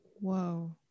Whoa